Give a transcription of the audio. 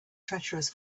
treacherous